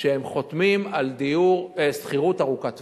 שהם חותמים על שכירות ארוכת טווח.